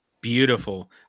beautiful